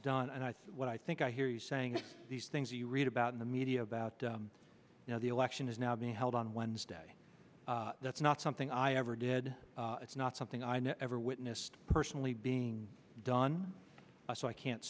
done and i think what i think i hear you saying these things you read about in the media about you know the election now being held on wednesday that's not something i ever did it's not something i never witnessed personally being done so i can't